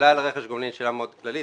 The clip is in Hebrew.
השאלה על רכש גומלין היא שאלה מאוד כללית,